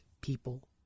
people